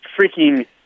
freaking